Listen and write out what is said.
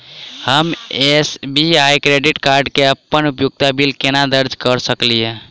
हम SBI credit card मे अप्पन उपयोगिता बिल केना दर्ज करऽ सकलिये?